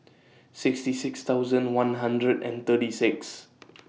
sixty six thousand one hundred and thirty six